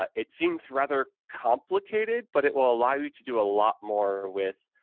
ah it seems rather complicated, but it will allow you to do a lot more with,